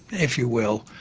if you will,